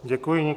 Děkuji.